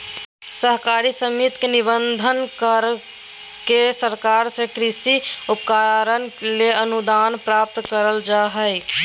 सहकारी समिति के निबंधन, करा के सरकार से कृषि उपकरण ले अनुदान प्राप्त करल जा हई